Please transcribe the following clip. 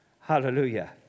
Hallelujah